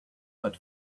but